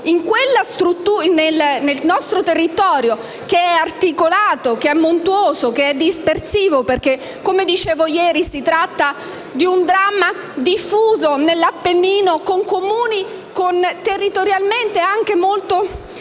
Il nostro territorio è articolato, montuoso e dispersivo, perché, come ho detto ieri, si tratta di un dramma diffuso sull'Appennino, con Comuni territorialmente anche molto